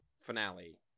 finale